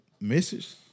message